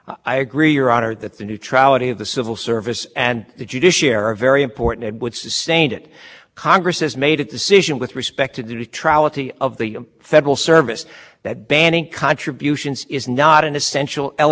very important it would sustain it congress has made a decision with respect to the trial of the federal service that banning contributions is not an essential element well it has done other things which may be more strict with respect to federal